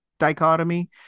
Dichotomy